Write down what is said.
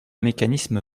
mécanisme